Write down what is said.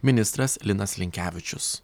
ministras linas linkevičius